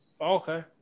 Okay